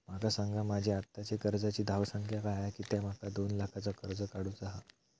माका सांगा माझी आत्ताची कर्जाची धावसंख्या काय हा कित्या माका दोन लाखाचा कर्ज काढू चा हा?